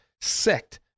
sect